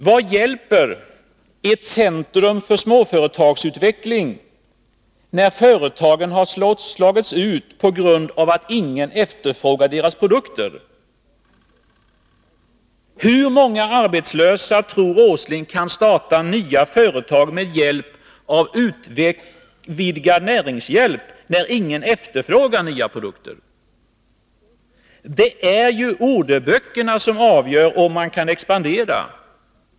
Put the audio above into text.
Vad hjälper ett centrum för småföretagsutveckling, när företagen har slagits ut på grund av att ingen efterfrågar deras produkter? Hur många arbetslösa tror herr Åsling kan starta nya företag med utvidgad näringshjälp, när ingen efterfrågar nya produkter? Det är ju orderböckerna som avgör om man kan expandera.